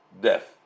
death